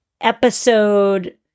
episode